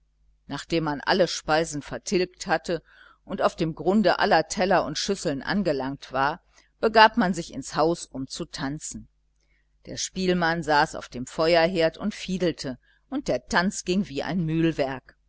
nachdem man alle speisen vertilgt hatte und auf dem grunde aller teller und schüsseln angelangt war begab man sich ins haus um zu tanzen der spielmann saß auf dem feuerherd und fiedelte und der tanz ging wie ein mühlwerk